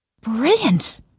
Brilliant